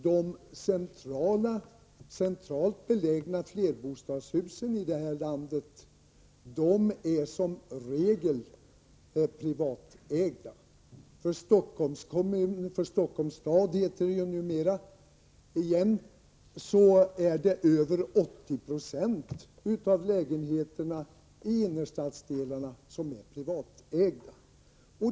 Men de centralt belägna flerbostadshusen i vårt land är ju som regel privatägda. I Stockholms stad, som det numera återigen heter, är över 80 90 av lägenheterna i innerstadsdelarna privatägda.